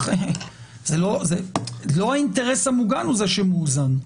לא האינטרס המוגן הוא זה שמאוזן.